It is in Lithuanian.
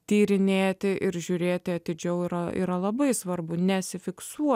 tyrinėti ir žiūrėti atidžiau yra labai svarbu nesifiksuoti